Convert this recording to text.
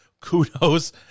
kudos